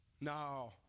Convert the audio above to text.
no